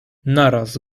naraz